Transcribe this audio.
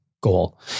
goal